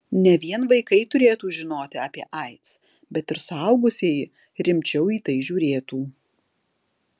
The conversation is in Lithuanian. ne vien vaikai turėtų žinoti apie aids bet ir suaugusieji rimčiau į tai žiūrėtų